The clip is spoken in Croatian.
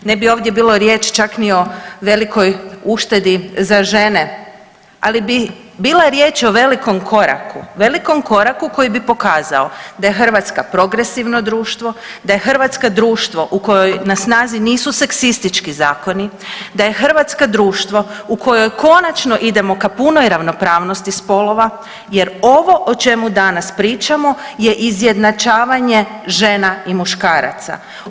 Ne bi ovdje bilo riječ čak ni o velikoj uštedi za žene, ali bi bila riječ o velikom koraku, velikom koraku koji bi pokazao da je Hrvatska progresivno društvo, da je Hrvatska društvo u kojoj na snazi nisu seksistički zakoni, da je Hrvatska društvo u kojoj konačno idemo k punoj ravnopravnosti spolova, jer ovo o čemu danas pričamo je izjednačavanje žena i muškaraca.